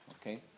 okay